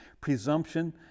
presumption